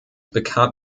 bekam